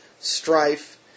strife